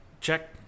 Check